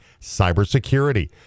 cybersecurity